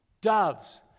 doves